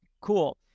Cool